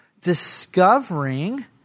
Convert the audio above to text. Discovering